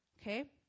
Okay